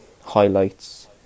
highlights